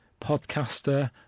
podcaster